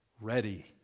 ready